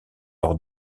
leur